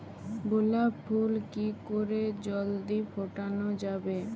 গোলাপ ফুল কি করে জলদি ফোটানো যাবে?